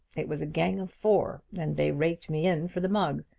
it was a gang of four and they raked me in for the mug.